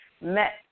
met